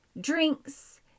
drinks